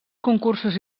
concursos